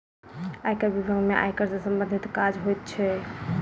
आयकर बिभाग में आयकर सॅ सम्बंधित काज होइत छै